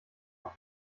auf